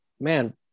man